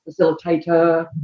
facilitator